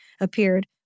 appeared